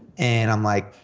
and i'm like,